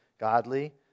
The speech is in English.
godly